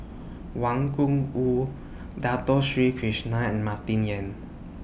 Wang Gungwu Dato Sri Krishna and Martin Yan